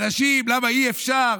אנשים, למה אי-אפשר.